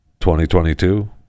2022